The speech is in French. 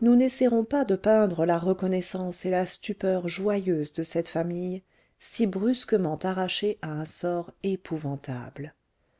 nous n'essaierons pas de peindre la reconnaissance et la stupeur joyeuse de cette famille si brusquement arrachée à un sort épouvantable